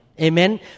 Amen